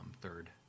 third